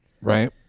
Right